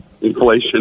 Inflation